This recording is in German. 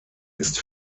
ist